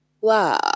wow